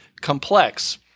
complex